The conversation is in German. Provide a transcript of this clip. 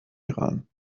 iran